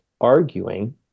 arguing